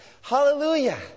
Hallelujah